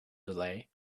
delay